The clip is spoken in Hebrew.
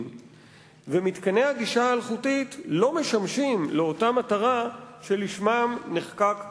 ומתקני הגישה האלחוטית לא משמשים לאותה מטרה שלשמם נחקק הפטור.